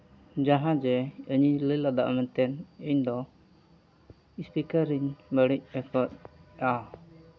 ᱡᱟᱦᱟᱸ ᱡᱮ ᱤᱧᱤᱧ ᱞᱟᱹᱭ ᱞᱮᱫᱟ ᱢᱮᱱᱛᱮ ᱤᱧᱫᱚ ᱥᱯᱤᱠᱟᱨ ᱤᱧ ᱵᱟᱹᱲᱤᱡ ᱟᱠᱟᱫᱼᱟ